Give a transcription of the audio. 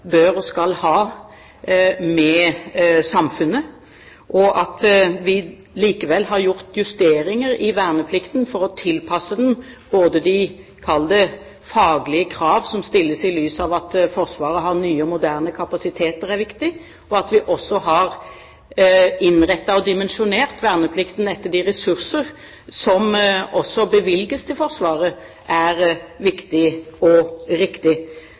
bør og skal ha med samfunnet. At vi likevel har gjort justeringer i verneplikten for å tilpasse den de – kall det – faglige krav som stilles i lys av at Forsvaret har nye og moderne kapasiteter, er viktig. At vi har innrettet og dimensjonert verneplikten etter de ressurser som bevilges til Forsvaret, er også viktig og riktig.